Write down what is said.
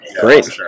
Great